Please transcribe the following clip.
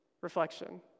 reflection